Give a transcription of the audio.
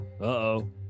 Uh-oh